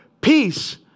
peace